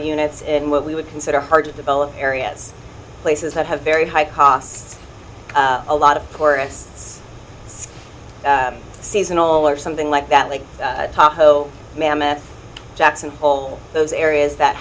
of units in what we would consider hard to develop areas places that have very high costs a lot of tourists seasonal or something like that like taco mammoth jackson all those areas that